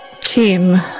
team